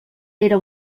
era